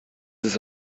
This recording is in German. ist